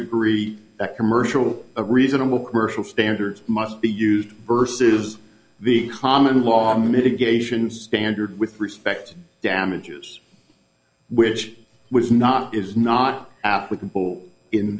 agree that commercial a reasonable commercial standard must be used versus the common law or mitigate in standard with respect damages which was not is not applicable in